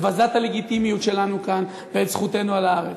מבזה את הלגיטימיות שלנו כאן ואת זכותנו על הארץ.